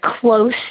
close